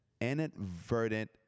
inadvertent